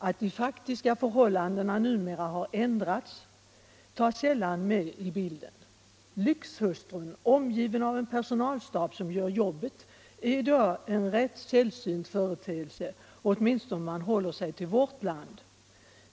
Att de faktiska förhållandena numera har ändrats tas sällan med i bilden. Lyxhustrun, omgiven av en personalstab som gör jobbet, är i dag en rätt sällsynt företeelse, åtminstone om man håller sig till vårt land.